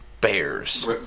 Bears